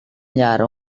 llar